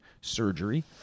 surgery